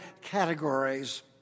categories